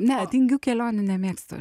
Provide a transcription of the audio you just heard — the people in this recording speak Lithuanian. net tingių kelionių nemėgstu aš